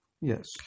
Yes